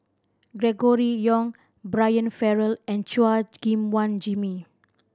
Gregory Yong Brian Farrell and Chua Gim Guan Jimmy